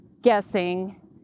guessing